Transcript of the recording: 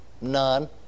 None